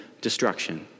destruction